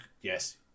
yes